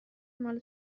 مال